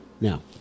Now